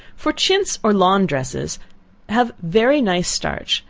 for chintz or lawn dresses have very nice starch,